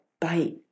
bite